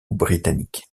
britannique